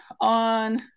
on